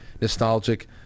nostalgic